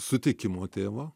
sutikimo tėvo